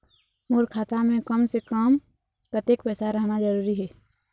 मोर खाता मे कम से से कम कतेक पैसा रहना जरूरी हे?